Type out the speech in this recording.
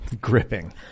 gripping